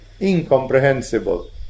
incomprehensible